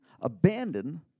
abandon